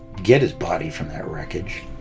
get his body from that wreckage.